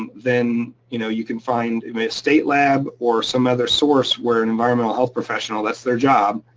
um then you know you can find a state lab or some other source where an environmental health professional, that's their job,